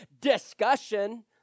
discussion